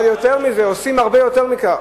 אבל יותר מזה, עושים הרבה יותר מכך.